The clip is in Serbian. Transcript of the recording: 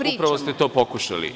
Ne, upravo ste to pokušali.